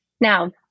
Now